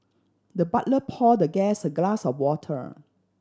the butler poured the guest a glass of water